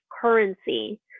currency